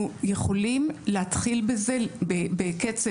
אנחנו יכולים להתחיל בזה בקצב,